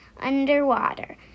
underwater